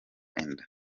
inda